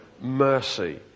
mercy